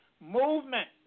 movement